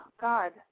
God